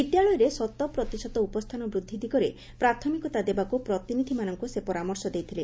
ବିଦ୍ୟାଳୟରେ ଶତ ପ୍ରତିଶତ ଉପସ୍ତାନ ବୃଦ୍ଧି ଦିଗରେ ପ୍ରାଥମିକତା ଦେବାକୁ ପ୍ରତିନିଧିମାନଙ୍କୁ ସେ ପରାମର୍ଶ ଦେଇଥିଲେ